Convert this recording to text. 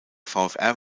vfr